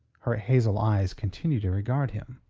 her hazel eyes continued to regard him.